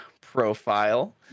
profile